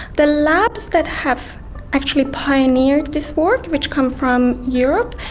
the labs that have actually pioneered this work which come from europe,